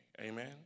Amen